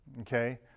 Okay